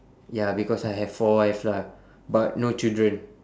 ya because I have four wife lah but no children